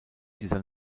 dieser